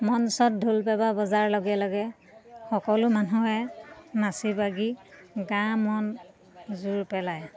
মঞ্চত ঢোল পেঁপা বজাৰ লগে লগে সকলো মানুহে নাচি বাগি গা মন জোৰ পেলায়